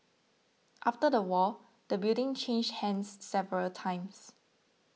after the war the building changed hands several times